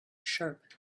sharp